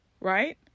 right